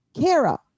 Kara